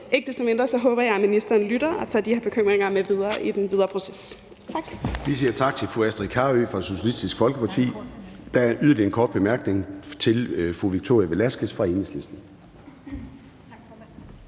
Ikke desto mindre håber jeg, at ministeren lytter og tager de bekymringer med i den videre proces.